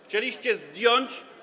Chcieliście zdjąć.